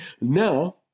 Now